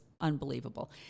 unbelievable